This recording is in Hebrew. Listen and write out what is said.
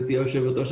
גברתי היושבת-ראש,